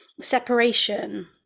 separation